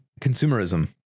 consumerism